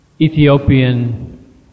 Ethiopian